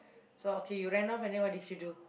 so okay you ran off and then what did you do